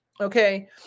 okay